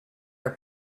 her